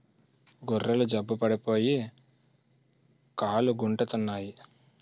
గొర్రెలు జబ్బు పడిపోయి కాలుగుంటెత్తన్నాయి